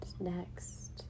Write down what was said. next